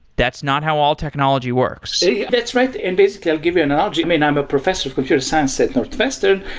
that's not how all technology works yeah that's right, and basically i'll give you an analogy. i'm a i'm a professor of computer science at northwestern,